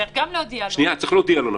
צריך גם להודיע לו.